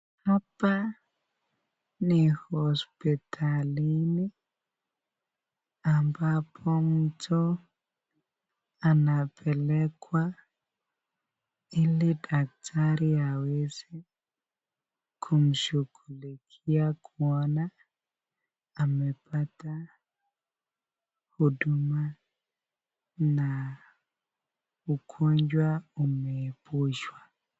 Hapa ni hospitalini ambapo mtoto anapelekwa ili daktari aweze kunshughulikia ili aweze kuona amepata huduma na ugonjwa umeepushwa.